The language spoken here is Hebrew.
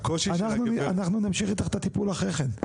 אנחנו נמשיך איתך את הטיפול אחרי כן,